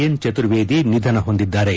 N Chaturvedi ನಿಧನ ಹೊಂದಿದ್ದಾರೆ